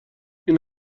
این